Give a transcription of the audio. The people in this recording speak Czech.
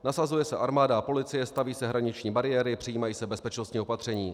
Nasazuje se armáda a policie, staví se hraniční bariéry, přijímají se bezpečnostní opatření.